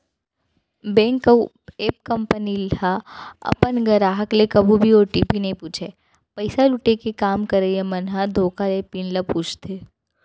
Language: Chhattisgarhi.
बेंक अउ ऐप कंपनी ह अपन गराहक ले कभू भी ओ.टी.पी नइ पूछय, पइसा लुटे के काम करइया मन ह धोखा ले पिन ल पूछथे